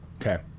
Okay